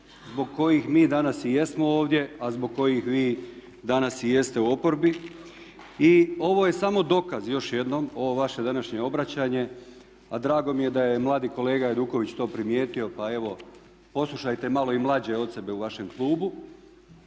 zbog kojih mi danas i jesmo ovdje a zbog kojih vi danas i jeste u oporbi. I ovo je samo dokaz još jednom, ovo vaše današnje obraćanje a drago mi je da je mladi kolega Hajduković to primijetio, pa evo poslušajte malo i mlađe od sebe u vašem klubu.